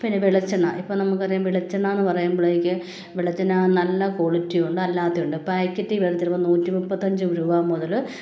പിന്നെ വെളിച്ചെണ്ണ ഇപ്പം നമുക്കറിയാം വെളിച്ചെണ്ണയെന്ന് പറയുമ്പോഴേക്ക് വെളിച്ചെണ്ണ നല്ല ക്വാളിറ്റി ഉണ്ട് അല്ലാതെ ഉണ്ട് പാക്കറ്റ് വെളിച്ചെണ്ണ ചിലപ്പം നൂറ്റിമുപ്പത്തഞ്ച് രൂപ മുതൽ